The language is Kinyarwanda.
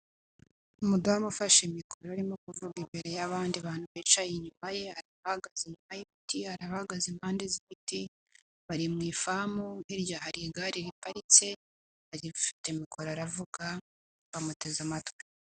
Umudamu ufashe mikoro arimo kuvuga imbere y'abandi bantu bicaye inyuma bahagaze inyuma, hari abahagaze impande z'igiti bari mu ifamu, hirya hari igare riparitse agifite mikoro aravuga bamuteze amatwi.